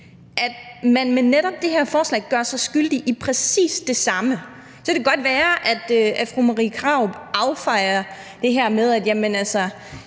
at man med netop det her forslag gør sig skyldig i præcis det samme. Så kan det godt være, at fru Marie Krarup affejer det med, at vi stiller